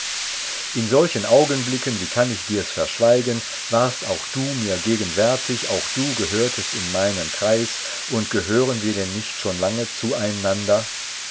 in solchen augenblicken wie kann ich dirs verschweigen warst auch du mir gegenwärtig auch du gehörtest in meinen kreis und gehören wir denn nicht schon lange zueinander